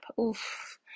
Oof